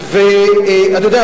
אתה יודע?